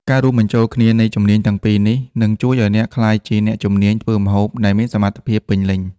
ការរួមបញ្ចូលគ្នានៃជំនាញទាំងពីរនេះ នឹងជួយឱ្យអ្នកក្លាយជាអ្នកជំនាញធ្វើម្ហូបដែលមានសមត្ថភាពពេញលេញ។